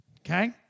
Okay